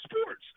sports